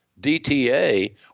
DTA